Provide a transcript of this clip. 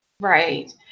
Right